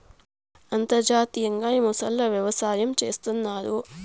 అంతర్జాతీయంగా ఈ మొసళ్ళ వ్యవసాయం చేస్తన్నారు